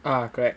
correct